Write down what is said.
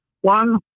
One